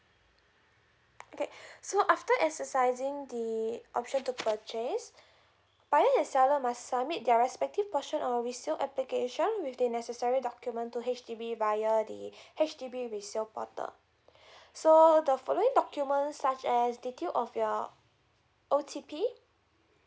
okay so after exercising the option to purchase buyer and seller must submit their respective portion or a resale application with the necessary document to H_D_B via the H_D_B resale portal so the following document such as detail of your O_T_P